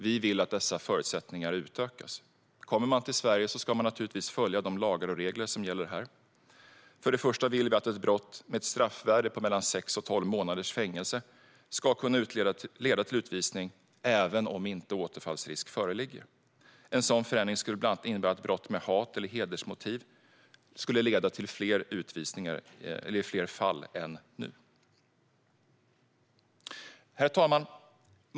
Vi vill att dessa förutsättningar utökas. Kommer man till Sverige ska man naturligtvis följa de lagar och regler som gäller här. Först och främst vill vi att brott med ett straffvärde på mellan sex och tolv månaders fängelse ska kunna leda till utvisning även om återfallsrisk inte föreligger. En sådan förändring skulle bland annat innebära att brott med hat eller hedersmotiv leder till utvisning i fler fall än nu. Herr talman!